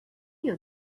you